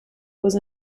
was